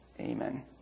amen